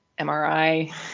MRI